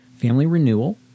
familyrenewal